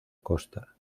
costa